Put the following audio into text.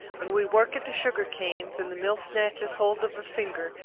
when we work at the sugar-canes, and the mill snatches hold of a finger,